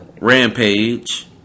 Rampage